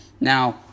now